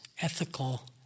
ethical